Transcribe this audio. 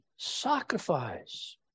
sacrifice